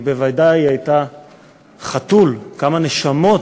היא בוודאי הייתה חתול, כמה נשמות,